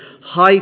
high